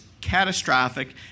catastrophic